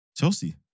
Chelsea